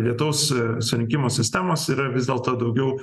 lietaus surinkimo sistemos yra vis dėlto daugiau